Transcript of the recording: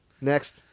Next